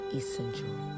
essential